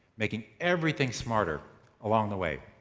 making everything smarter along the way.